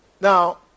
Now